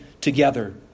together